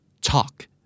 Talk